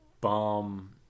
bomb